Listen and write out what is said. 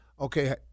Okay